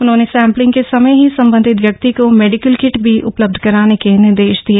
उन्होने सेम्पलिंग के समय ही संबंधित व्यक्ति को मेडिकल किट भी उपलब्ध कराने के निर्देश दिए